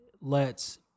lets